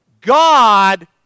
God